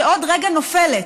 שעוד רגע נופלת.